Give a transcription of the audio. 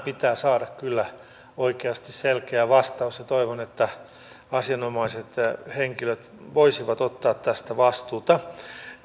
pitää saada kyllä oikeasti selkeä vastaus toivon että asianomaiset henkilöt voisivat ottaa tästä vastuuta